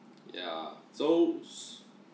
yeah so